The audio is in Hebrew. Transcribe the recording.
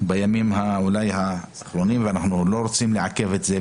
בימים האחרונים ואנחנו לא רוצים לעכב את ההצעה,